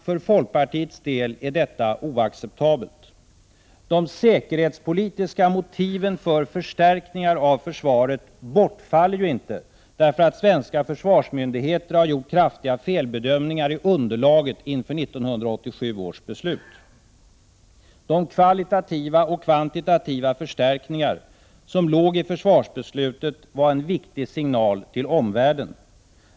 För folkpartiets del är detta oacceptabelt. De säkerhetspolitiska motiven för förstärkningar av försvaret bortfaller ju inte därför att svenska försvarsmyndigheter har gjort kraftiga felbedömningar i underlaget inför 1987 års beslut. De kvalitativa och kvantitativa förstärkningar som låg i försvarsbeslutet var en viktig signal till omvärlden.